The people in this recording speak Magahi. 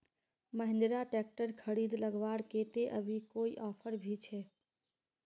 महिंद्रा ट्रैक्टर खरीद लगवार केते अभी कोई ऑफर भी छे?